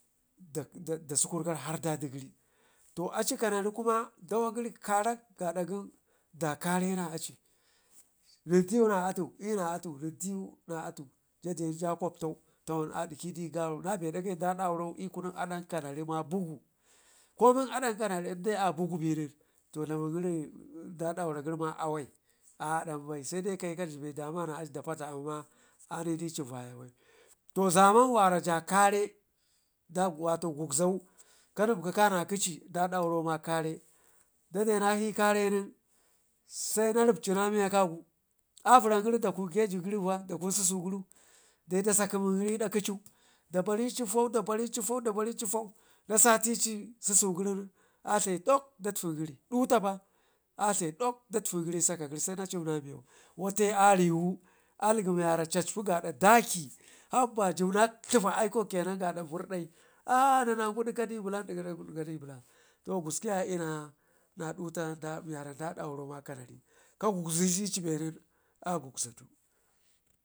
dak sukurgara har daɗigəri to aci kanari kuma dawagəri karak gaada da kare na aci nentu na i'yu na atu jadenja kwabtau tawan adiƙədi tawan a dikədi garun nabe dakai da dauro kunuk aɗan kanarima bugu, konin aɗan kanari indai a bugu benen to dlamin gəri da daura gərima awai a aɗan bai sedai kayi ka yibe dama na atu da pata amma aniɗici vaye bai, to zaman wara kare wato gugzau kanebke kana kəci da dauroma kare dadde nakshi i'kare nen sena ripcina miya kagu avərrargəri dakun keji gerufa dakun susugərru dayi da sakemin gəri i'da kəcu dabanci fau da barici fau dabarici fau da satici susugərin a dlayi dok da ifingəri dutapa adlayi dokdatfingəri se na cimne miyau wate ariwu, algemiwara cacpindawa daɗə naba jibna dlipa aikwak kenan gadda purdai aa nenagu ɗi kadu bulan nannangu ɗikadi bulan gusku yaye i'yuna dutatin miwara da dauro ma kanari ka gugzudi ci benin a gugza du.